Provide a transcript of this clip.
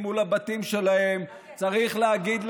בבקשה.